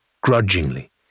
grudgingly